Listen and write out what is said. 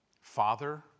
Father